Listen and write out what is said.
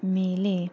ಮೇಲೆ